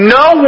no